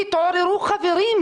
תתעוררו, חברים.